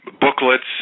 booklets